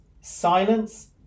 silence